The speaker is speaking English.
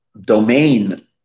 domain